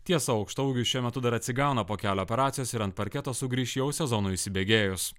tiesa aukštaūgis šiuo metu dar atsigauna po kelio operacijos ir an parketo sugrįš jau sezonui įsibėgėjus